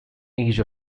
edge